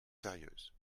sérieuses